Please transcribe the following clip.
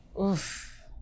Oof